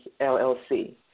LLC